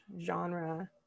genre